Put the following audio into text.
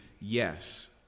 yes